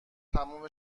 تمام